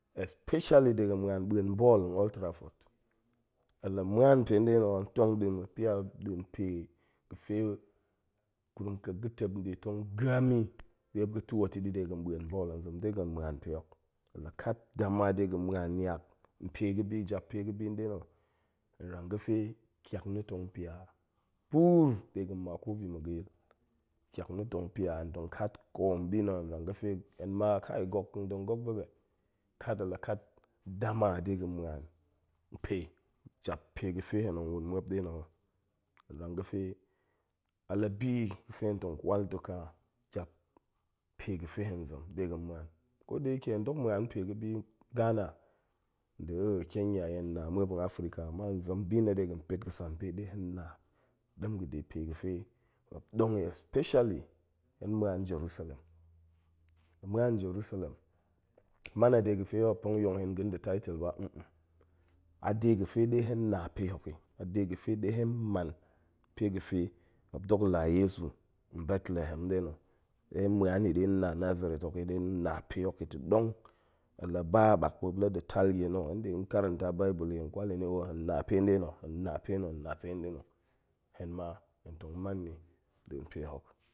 Especially de ga̱n ma̱an ɓa̱en ball nold trafford, hen la ma̱an pe nɗe na̱ ho tong ni muop ni a nɗin pe ga̱ fe gurum ƙek ga̱ tep ɗe tong gam i ɗe muop ga̱ twoot i de ga̱n ma̱en ba̱ll, hen zem de ga̱n ma̱an pe hok, la kat dama de ga̱n ma̱an niak npe ga̱bi jap pe ga̱bi pa na̱, hen rang ga̱ pe ƙiak na̱ tong pia puur de ga̱n ma ko bi ma̱ ga̱ yil, ƙiak na̱ tong pia, tong kat koom bi na̱ hen rang ga̱ fe hen mma, gok, tong gok ba ɓe kat hen la kat dama de ga̱n ma̱an pe, jap pe ga̱ fe hen wun muop na̱ ho, hen rang ga̱ fe a la bi ga̱ fe hen tong kwal ta̱ ka pe ga̱ fe hen zem de ga̱n ma̱an. ko da ike, hen dok ma̱an pe ga̱ bi gana nda̱ kenya hen na muop n africa ama hen zem bi na̱ de ga̱n pet ga̱sampe ɗe hen na ɗem ga̱de pe ga̱ fe muop ɗong i especilly hen ma̱an njerusalem. ma̱an jesusalem, ma̱an jesusalem, man a de ga̱ fe muop tong yong hen a ga̱n da̱ title ba, a de ga̱ fe ɗe hen na pehok i, a de ga̱ fe ɗe hen man pe ga̱ fe muop dok la yezu, nbetlahem nɗe na̱ ɗe hen ma̱an i ɗe hen na nazareth hok i ɗe hen na pe hok i ta̱ ɗong, la ba ɓak, muop la da̱ tal nie na̱ hen ɗe karanta bible i hen kwal hen i oo hen na pe ɗe no, hen na pe no hen na pe no, hen ma hen tong man ni, nɗin pe hok.